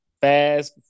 Fast